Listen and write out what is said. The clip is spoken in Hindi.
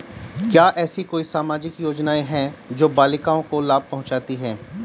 क्या ऐसी कोई सामाजिक योजनाएँ हैं जो बालिकाओं को लाभ पहुँचाती हैं?